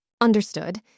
Understood